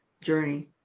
journey